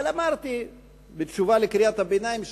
אבל אמרתי בתשובה על קריאת הביניים שלך: